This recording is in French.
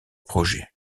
projet